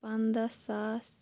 پنٛداہ ساس